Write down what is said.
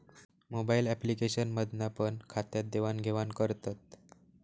mobile application मधना पण खात्यात देवाण घेवान करतत